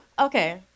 Okay